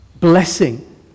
blessing